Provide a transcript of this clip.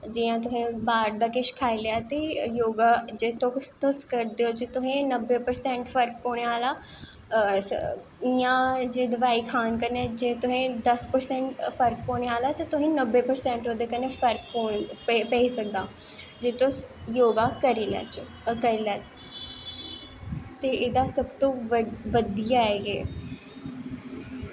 जियां तुसें बाह्र दा कुश खाई लेआ ते योगा तुस करदे ओ जे तुसेंगी नब्बै परसैंट फर्क होनें आह्ला ऐ जे दवाई खान कन्नै तुसेंगी दस परसैंट फर्क होन आह्ला ऐ ते तुसेंगी नब्बै परसैंट फर्क तुसेंगी पेई सकदा ऐ जे तुस योगा करी लैच्चै ते एह्दा सब तो बधियै ऐ एह्